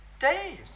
days